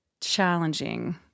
challenging